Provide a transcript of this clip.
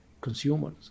consumers